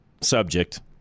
subject